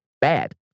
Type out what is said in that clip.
bad